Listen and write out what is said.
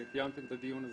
שקיימתם את הדיון הזה.